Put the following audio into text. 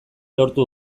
lortu